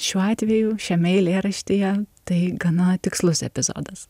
šiuo atveju šiame eilėraštyje tai gana tikslus epizodas